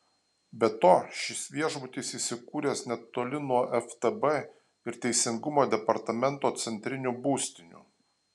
be to šis viešbutis įsikūręs netoli nuo ftb ir teisingumo departamento centrinių būstinių